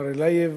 מר אלייב,